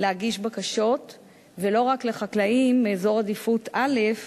להגיש בקשות ולא רק לחקלאים מאזור עדיפות א',